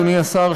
אדוני השר,